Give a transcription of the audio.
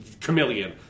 Chameleon